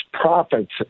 profits